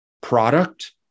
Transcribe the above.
product